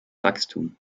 wachstum